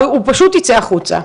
הוא פשוט יצא החוצה.